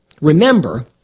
remember